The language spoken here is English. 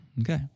Okay